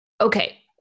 okay